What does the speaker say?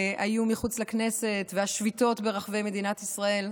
שהיו מחוץ לכנסת והשביתות ברחבי מדינת ישראל.